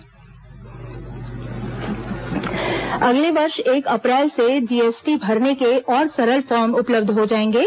GST अगले वर्ष एक अप्रैल से जीएसटी भरने के और सरल फार्म उपलब्ध हो जायेंगे